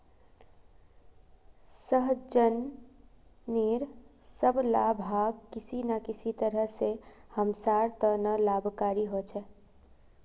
सहजनेर सब ला भाग किसी न किसी तरह स हमसार त न लाभकारी ह छेक